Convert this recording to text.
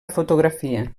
fotografia